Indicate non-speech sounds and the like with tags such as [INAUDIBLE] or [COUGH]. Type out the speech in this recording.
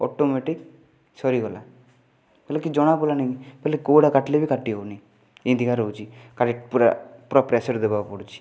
automatic ସରିଗଲା ହେଲେ କିଛି ଜଣା ପଡ଼ିଲାନି ବୋଲେ କେଉଁଟା କାଟିଲେ ବି କାଟି ହେଉନି ଏମିତି ଏକା ରହୁଛି [UNINTELLIGIBLE] ପୁରା ପୁରା ପ୍ରେସର୍ ଦେବାକୁ ପଡ଼ୁଛି